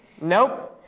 Nope